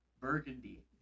Burgundy